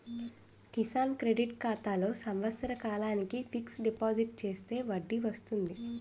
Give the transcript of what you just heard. Kisan credit ఖాతాలో సంవత్సర కాలానికి ఫిక్స్ డిపాజిట్ చేస్తే వడ్డీ వస్తుంది